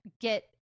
get